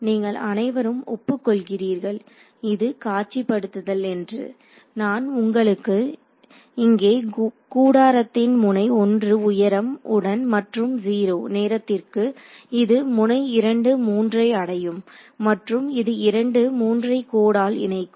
நீங்கள் அனைவரும் ஒப்புக்கொள்கிறீர்கள் இது காட்சிப்படுத்துதல் என்று நான் உங்களுக்கு இங்கே கூடாரத்தின் முனை 1 உயரம் உடன் மற்றும் 0 நேரத்திற்கு இது முனை 2 3 ஐ அடையும் மற்றும் இது 2 3 ஐ கோடால் இணைக்கும்